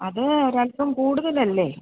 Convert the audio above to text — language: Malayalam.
അത് ഒരൽപ്പം കൂടുതലല്ലേ